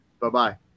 Bye-bye